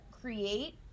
create